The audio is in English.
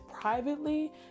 privately